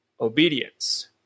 obedience